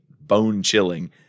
bone-chilling